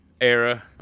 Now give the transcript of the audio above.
era